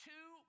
Two